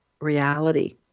reality